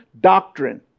doctrine